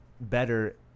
better